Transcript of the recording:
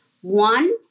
One